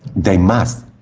they must,